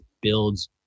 builds